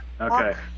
Okay